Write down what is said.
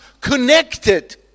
connected